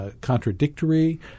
contradictory